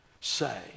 say